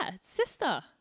sister